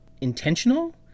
intentional